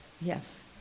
Yes